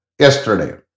yesterday